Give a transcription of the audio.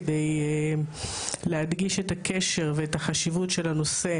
כדי להדגיש את הקשר ואת החשיבות של הנושא